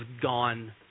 gone